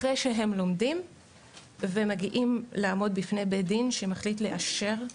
אחרי שהם לומדים ומגיעים לעמוד בפני בית דין שמחליט לאשר,